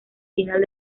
final